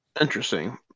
Interesting